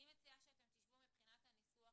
אני מציע שתשבו מבחינת הניסוח